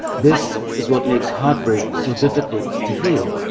this is what makes heartbreak so difficult to heal.